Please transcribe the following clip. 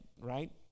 right